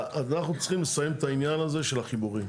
אנחנו צריכים לסיים את העניין הזה של החיבורים.